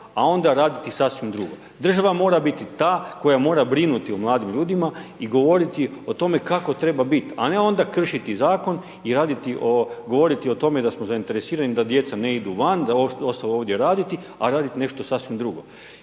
a onda raditi sasvim drugo. Država mora biti ta koja mora brinuti o mladim ljudima i govoriti o tome kako treba biti, a ne onda kršiti Zakon i raditi o, govoriti o tome da smo zainteresirani da djeca ne idu van, da ostanu ovdje raditi, a radit nešto sasvim drugo.